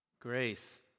Grace